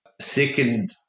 second